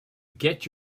get